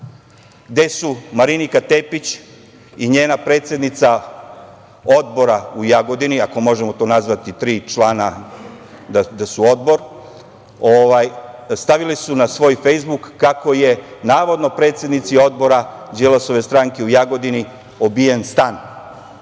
gde su Marinika Tepić i njena predsednica odbora u Jagodini, ako možemo nazvati tri člana da su odbor, stavile na svoj Fejsbuk kako je navodno predsednici odbora Đilasove stranke u Jagodini obijen stan.